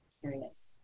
Curious